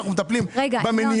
אנחנו מטפלים במניעה.